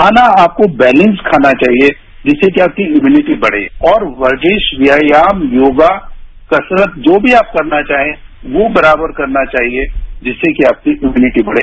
खाना आपको बैलंस खाना चाहिए जिससे कि अपकी इम्यूनिटी बढ़े और वर्णिय व्यायोय योगा कसरत जो मी आप करना चाहे वो बराबर करना चाहिए जिससे कि आपकी इम्यूनिटी बढ़े